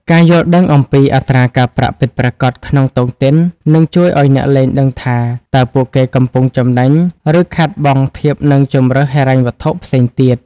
ការយល់ដឹងអំពី "អត្រាការប្រាក់ពិតប្រាកដ" ក្នុងតុងទីន នឹងជួយឱ្យអ្នកលេងដឹងថា តើពួកគេកំពុងចំណេញ ឬខាតបង់ធៀបនឹងជម្រើសហិរញ្ញវត្ថុផ្សេងទៀត។